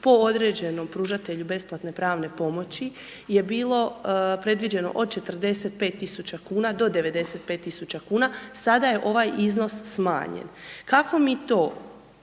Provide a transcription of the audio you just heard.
po određenom pružatelju besplatne pravne pomoći je bilo predviđeno od 45.000,00 kn do 95.000,00 kn, sada je ovaj iznos smanjen. Kako mi to